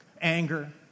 Anger